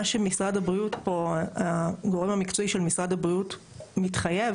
מה שהגורם המקצוע של משרד הבריאות מתחייב